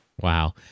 Wow